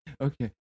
okay